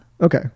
Okay